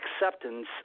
Acceptance